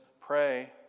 pray